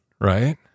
right